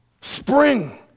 Spring